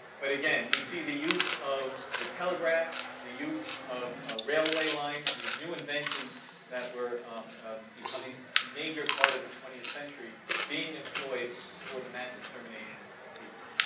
but, again, we see the use of the telegraph, the use of ah railway lines, these new inventions that were becoming a major part of the twentieth century being employed for the mass extermination of people.